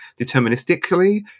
deterministically